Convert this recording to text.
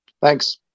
Thanks